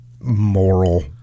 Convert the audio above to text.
moral